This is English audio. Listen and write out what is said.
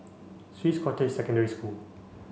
Swiss Cottage Secondary School